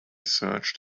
searched